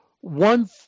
one